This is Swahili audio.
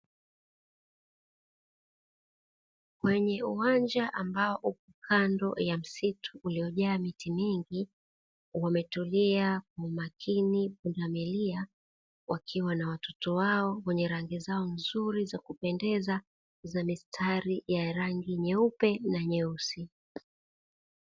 Kwenye uwanja ambao upo kando ya msitu uliojaa miti mingi, wametulia kwa umakini pundamilia, wakiwa na watoto wao wenye rangi zao nzuri za kupendeza za mistari ya rangi nyeupe na nyeusi.